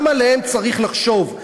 גם עליהם צריך לחשוב.